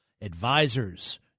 advisors